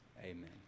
amen